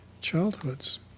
childhoods